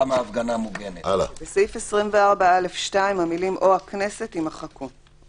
ובעניין הזה אין קואליציה ואופוזיציה.